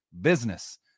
business